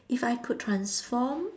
if I could transform